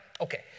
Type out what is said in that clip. okay